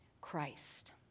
Christ